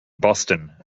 boston